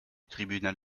tribunal